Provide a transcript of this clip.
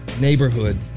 neighborhood